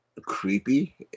creepy